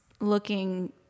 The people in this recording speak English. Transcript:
looking